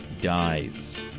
Dies